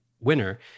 winner